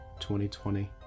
2020